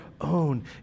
own